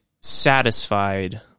satisfied